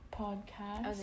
podcast